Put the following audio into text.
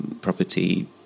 property